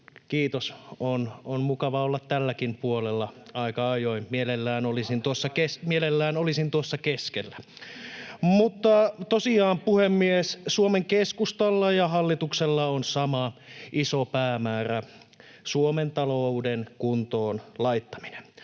Kiitos, on mukava olla tälläkin puolella aika ajoin. Mielelläni olisin tuossa keskellä. Tosiaan, puhemies, Suomen keskustalla ja hallituksella on sama iso päämäärä: Suomen talouden kuntoon laittaminen.